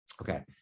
Okay